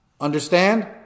Understand